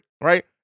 right